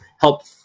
help